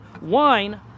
wine